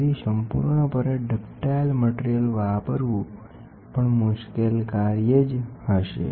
તેથી સંપૂર્ણપણે નરમ પદાર્થ વાપરવો પણ મુશ્કેલ કાર્ય હશે